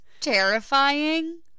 terrifying